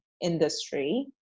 industry